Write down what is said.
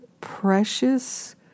precious